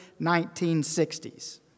1960s